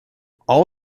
all